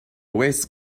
waste